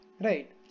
right